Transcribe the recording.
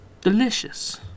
Delicious